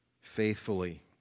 faithfully